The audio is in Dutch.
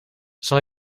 zal